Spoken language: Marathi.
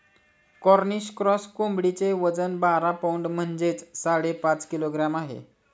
कॉर्निश क्रॉस कोंबडीचे वजन बारा पौंड म्हणजेच साडेपाच किलोग्रॅम आहे